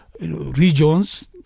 regions